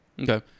Okay